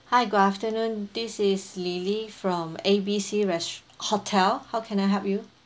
hi good afternoon this is lily from A B C rest~ hotel how can I help you